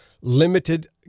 Limited